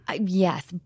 Yes